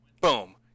boom